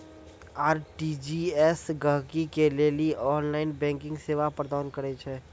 RTGS गहकि के लेली ऑनलाइन बैंकिंग सेवा प्रदान करै छै